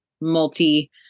multi